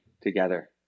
together